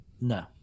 No